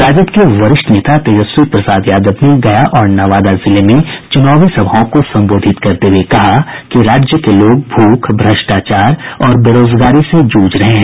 राजद के वरिष्ठ नेता तेजस्वी प्रसाद यादव ने गया और नवादा जिले में चूनावी सभाओं को संबोधित करते हुए कहा कि राज्य के लोग भूख भ्रष्टाचार और बेरोजगारी से जूझ रहे हैं